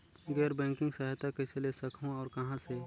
गैर बैंकिंग सहायता कइसे ले सकहुं और कहाँ से?